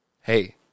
hey